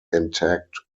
intact